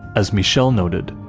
as michel noted,